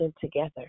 together